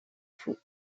fous